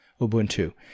Ubuntu